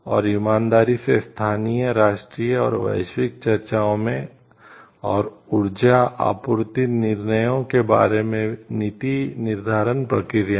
और ईमानदारी से स्थानीय राष्ट्रीय और वैश्विक चर्चाओं में और ऊर्जा आपूर्ति निर्णयों के बारे में नीति निर्धारण प्रक्रियाएं